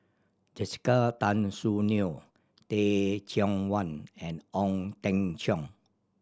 Jessica Tan Soon Neo Teh Cheang Wan and Ong Teng Cheong